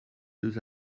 deux